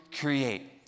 create